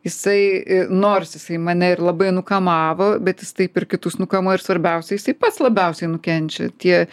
jisai nors jisai mane ir labai nukamavo bet jis taip ir kitus nukamuoja ir svarbiausia jisai pats labiausiai nukenčia tie